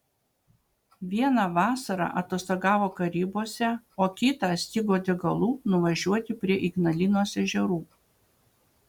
vieną vasarą atostogavo karibuose o kitą stigo degalų nuvažiuoti prie ignalinos ežerų